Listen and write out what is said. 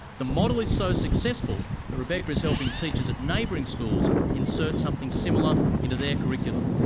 the model is so successful that rebecca is helping teachers at neighbouring schools insert something similar into their curriculum.